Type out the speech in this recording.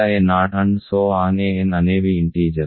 an అనేవి integers